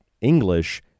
English